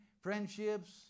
friendships